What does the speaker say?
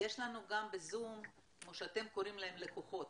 ויש לנו בזום גם מי שאתם קוראים להם לקוחות,